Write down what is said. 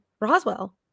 Roswell